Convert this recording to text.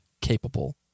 capable